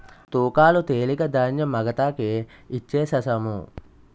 తూకాలు తెలక ధాన్యం మగతాకి ఇచ్ఛేససము